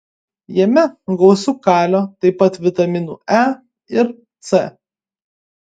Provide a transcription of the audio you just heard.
jame gausu kalio taip pat vitaminų e ir c